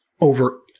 over